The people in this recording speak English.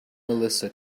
melissa